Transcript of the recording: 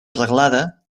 reglada